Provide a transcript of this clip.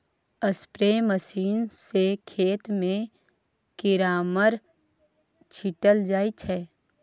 spray machine सँ खेत मे कीरामार छीटल जाइ छै